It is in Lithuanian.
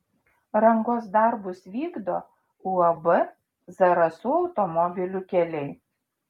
rangos darbus vykdo uab zarasų automobilių keliai